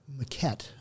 maquette